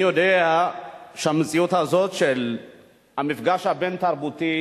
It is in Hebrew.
אני יודע שהמציאות הזאת של מפגש בין-תרבותי,